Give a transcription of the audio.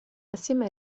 assieme